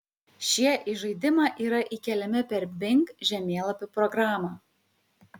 šie į žaidimą yra įkeliami per bing žemėlapių programą